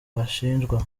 bashinjwa